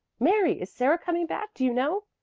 mary, is sarah coming back, do you know?